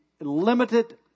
limited